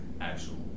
actual